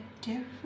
different